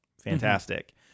fantastic